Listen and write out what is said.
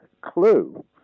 clue